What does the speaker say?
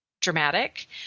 dramatic